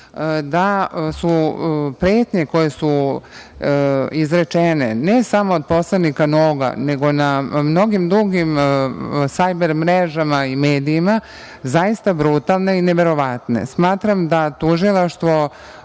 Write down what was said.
da su pretnje koje su izrečene ne samo od poslanika Noga nego na mnogim drugim sajber mrežama i medijima zaista brutalne i neverovatne. Smatram da tužilaštvo